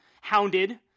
hounded